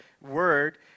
word